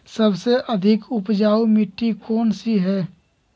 सबसे अधिक उपजाऊ मिट्टी कौन सी हैं?